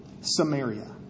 Samaria